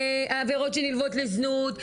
העבירות שנלוות לזנות,